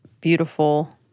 beautiful